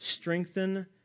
strengthen